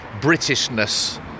Britishness